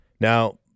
Now